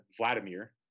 Vladimir